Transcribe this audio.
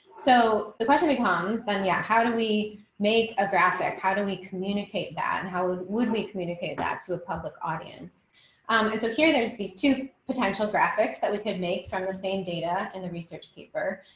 so the question becomes, then, yeah, how do we make a graphic. how do we communicate that. and how would would we communicate that to a public audience. catherine d'ignazio and so here, there's these two potential graphics that we could make from the same data and the research paper.